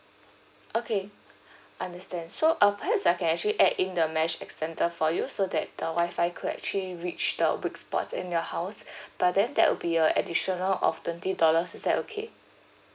okay understand so uh perhaps I can actually add in the mesh extender for you so that the WIFI could actually reach the weak spots in your house but then there will be a additional of twenty dollars is that okay